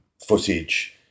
footage